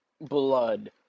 blood